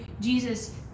Jesus